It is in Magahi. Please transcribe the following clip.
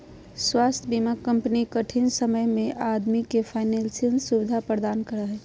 स्वास्थ्य बीमा कंपनी कठिन समय में आदमी के फाइनेंशियल सुविधा प्रदान करा हइ